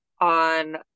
on